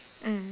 mm